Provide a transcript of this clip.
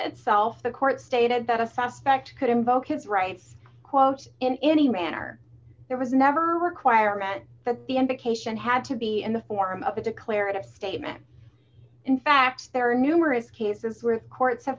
itself the court stated that a suspect could invoke his rights quote in any manner there was never a requirement that the invocation had to be in the form of a declarative statement in fact there are numerous cases where courts have